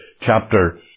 chapter